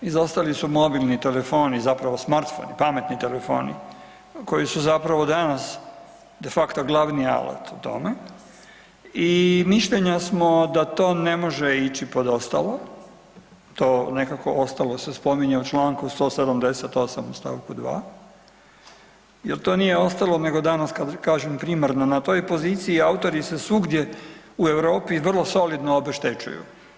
Izostali su mobilni telefoni zapravo smartphonei, pametni telefoni koji su zapravo danas de facto glavni alat u tome i mišljenja smo da to ne može ići pod ostalo, to nekako ostalo se spominje u čl. 178. u stavku 2., jer to nije ostalo nego danas kad kažem primarno, na toj poziciji autori se svugdje vrlo solidno obeštećuju.